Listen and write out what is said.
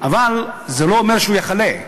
אבל זה לא אומר שהוא יחלה.